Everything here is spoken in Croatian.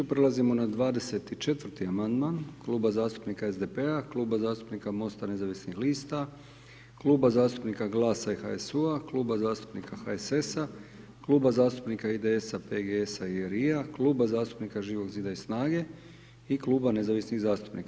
Prelazimo na 24. amandman Kluba zastupnika SDP, Kluba zastupnika MOST-a nezavisnih lista, Kluba zastupnika GLAS-a i HSU-a, Kluba zastupnika HSS-a, Kluba zastupnika IDS-PGS-RI-a, Kluba zastupnika Živog zida i SNAGA-e i Kluba nezavisnih zastupnika.